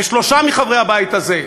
שלושה מחברי הבית הזה,